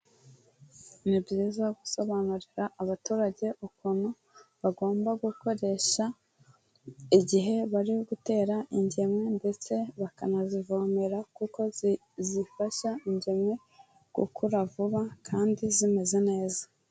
Ni byiza gusobanurira abaturage ukuntu bagomba gukoresha igihe bari gutera ingemwe ndetse bakanazivomera kuko zifasha ingemwe gukura vuba kandi zimeze neza.